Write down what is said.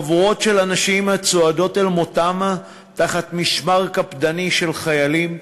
חבורות של אנשים צועדות אל מותן תחת משמר קפדני של חיילים,